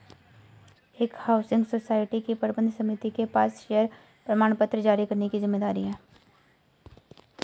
एक housing society की प्रबंध समिति के पास शेयर प्रमाणपत्र जारी करने की जिम्मेदारी है